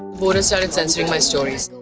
boris started censoring my stories.